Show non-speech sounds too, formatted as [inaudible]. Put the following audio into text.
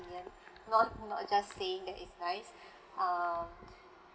not not just saying that is nice [breath] um [breath]